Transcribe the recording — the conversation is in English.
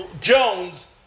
Jones